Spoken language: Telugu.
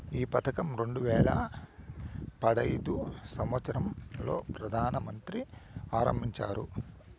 ఈ పథకం రెండు వేల పడైదు సంవచ్చరం లో ప్రధాన మంత్రి ఆరంభించారు